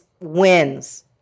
wins